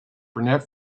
burnett